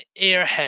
airhead